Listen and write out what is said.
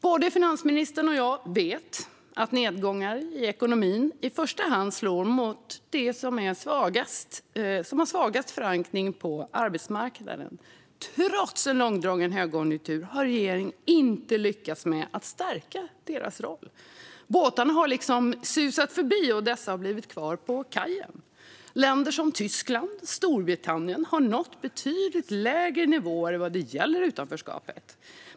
Både finansministern och jag vet att nedgångar i ekonomin i första hand slår mot dem som har svagast förankring på arbetsmarknaden. Trots en långdragen högkonjunktur har regeringen inte lyckats med att stärka deras roll. Båtarna har susat förbi, och dessa har blivit kvar på kajen. Länder som Tyskland och Storbritannien har nått betydligt lägre nivåer vad det gäller utanförskapet.